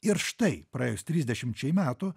ir štai praėjus trisdešimčiai metų